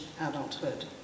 adulthood